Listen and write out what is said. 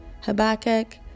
Habakkuk